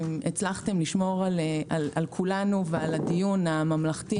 הצלחתם לשמור על כולנו ועל הדיון הממלכתי,